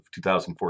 2014